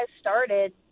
started